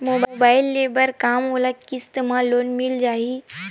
Mobile ले बर का मोला किस्त मा लोन मिल जाही?